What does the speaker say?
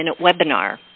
webinar